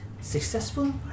successful